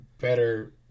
better